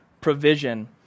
provision